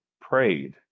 prayed